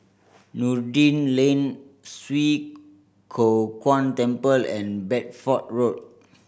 Noordin Lane Swee Kow Kuan Temple and Bedford Road